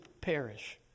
perish